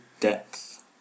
depth